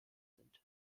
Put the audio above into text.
sind